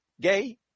gay